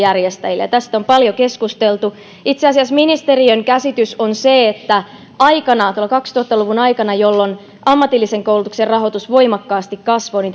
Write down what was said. järjestäjille tästä on paljon keskusteltu itse asiassa ministeriön käsitys on se että aikanaan kaksituhatta luvun alkuaikana jolloin ammatillisen koulutuksen rahoitus voimakkaasti kasvoi